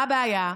מה הבעיה?